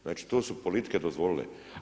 Znači to su politike dozvolite.